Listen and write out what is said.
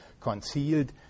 concealed